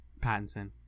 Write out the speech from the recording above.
Pattinson